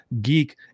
geek